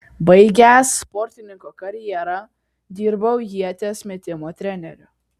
baigęs sportininko karjerą dirbau ieties metimo treneriu